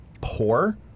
poor